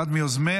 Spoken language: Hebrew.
אחד מיוזמי